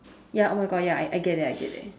ya oh my god ya I get that I get that